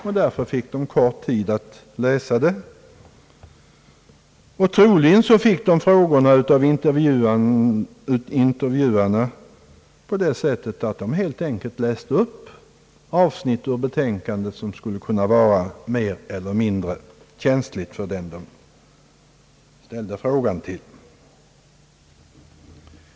De fick kort tid på sig för att läsa det, och troligen ställde intervjuarna frågorna på det sättet att de helt enkelt läste upp avsnitt ur betänkandet som skulle kunna vara mer eller mindre känsliga för den som de ställde frågor till.